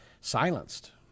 silenced